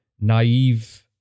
naive